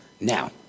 Now